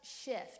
shift